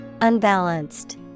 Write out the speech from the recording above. Unbalanced